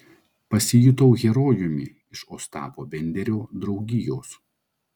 pasijutau herojumi iš ostapo benderio draugijos